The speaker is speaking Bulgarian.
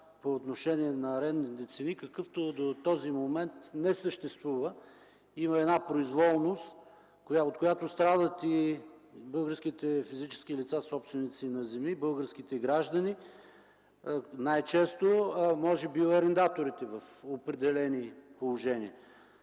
по отношение на арендните цени, какъвто до този момент не съществува. Има една произволност, от която страдат и българските физически лица, българските граждани собственици на земи, а най-често може би арендаторите в определени положения.